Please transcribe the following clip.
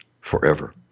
forever